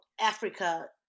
africa